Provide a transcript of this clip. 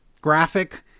graphic